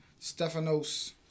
Stefanos